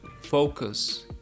focus